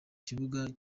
kibuga